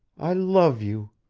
i love you!